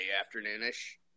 afternoon-ish